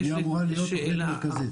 העבודה.